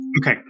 Okay